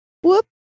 whoop